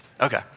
Okay